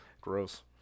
Gross